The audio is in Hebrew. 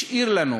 השאיר לנו